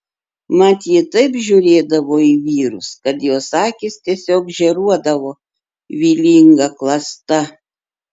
mat ji taip žiūrėdavo į vyrus kad jos akys tiesiog žėruodavo vylinga klasta